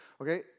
okay